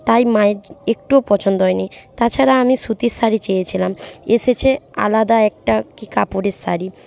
তাই মায়ের একটুও পছন্দ হয়নি তাছাড়া আমি সুতির শাড়ি চেয়েছিলাম এসেছে আলাদা একটা কী কাপড়ের শাড়ি